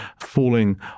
falling